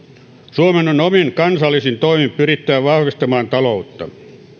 suomen on omin kansallisin toimin pyrittävä vahvistamaan taloutta